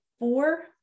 four